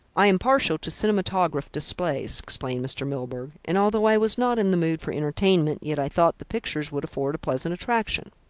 i am partial to cinematograph displays, explained mr. milburgh, and, although i was not in the mood for entertainment, yet i thought the pictures would afford a pleasant attraction.